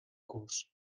curs